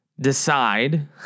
decide